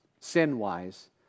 Sin-wise